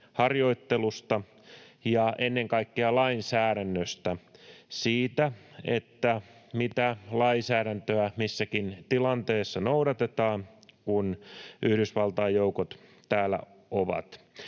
harjoittelusta ja ennen kaikkea lainsäädännöstä, siitä, mitä lainsäädäntöä missäkin tilanteessa noudatetaan, kun Yhdysvaltain joukot täällä ovat.